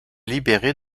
libérés